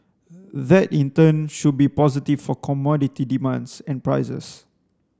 that in turn should be positive for commodity demands and prices